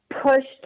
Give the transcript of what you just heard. pushed